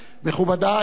מכובדי,